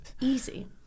Easy